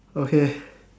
okay